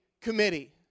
committee